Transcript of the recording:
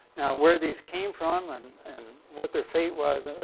where these came from and and what their fate was,